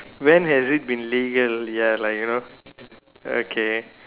when has it been legal ya like you know okay